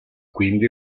quindi